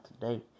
today